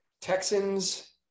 Texans